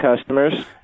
customers